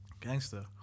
Gangster